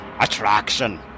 Attraction